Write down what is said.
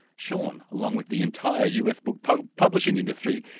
shaun, along with the entire us book book publishing industry,